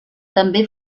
també